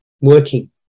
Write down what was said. working